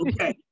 okay